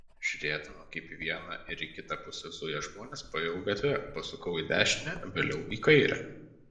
žiūrėdama kaip į vieną ir į kitą pusę zuja žmonės paėjau gatve pasukau į dešinę vėliau į kairę